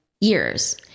years